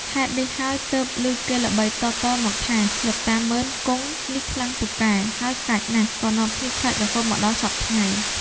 ហេតុនេះហើយទើបឮគេល្បីតៗមកថា លោកតាមុឺន-គង់ នេះខ្លាំងពូកែ ហើយកាចណាស់ ក៏នាំគ្នាខ្លាចរហូតមកដល់សព្វថ្ងៃ។